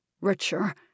richer